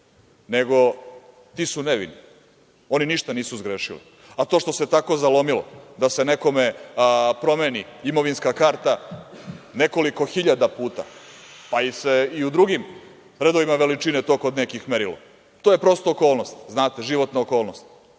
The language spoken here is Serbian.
nego ti su nevini, oni ništa nisu zgrešili? To što se tako zalomilo da se nekome promeni imovinska karta nekoliko hiljada puta, pa im se i u drugim redovima veličine to kod nekih merila, to je prosto okolnost, znate, životna okolnost.